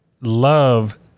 love